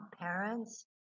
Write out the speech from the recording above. parents